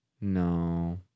No